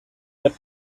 that